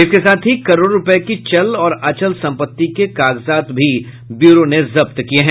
इसके साथ ही करोड़ों रूपये की चल और अचल संपत्ति के कागजात को भी ब्यूरो ने जब्त किया है